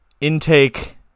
intake